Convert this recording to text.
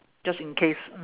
just in case